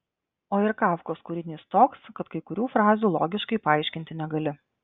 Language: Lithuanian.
o ir kafkos kūrinys toks kad kai kurių frazių logiškai paaiškinti negali